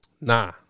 Nah